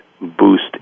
boost